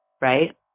right